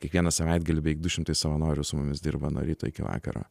kiekvieną savaitgalį beveik du šimtai savanorių su mumis dirba nuo ryto iki vakaro